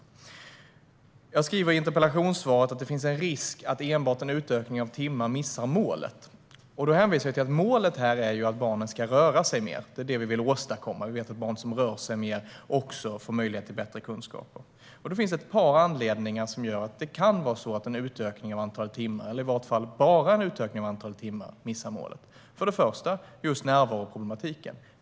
Jag säger i interpellationssvaret att det finns en risk för att enbart en utökning av antalet timmar missar målet. Jag hänvisar till att målet är att barn ska röra sig mer. Det är det vi vill åstadkomma eftersom vi vet att barn som rör sig mer också får möjlighet till bättre kunskaper. Det finns några anledningar till att enbart en utökning av antalet timmar kan missa målet. För det första handlar det om just närvaroproblematiken.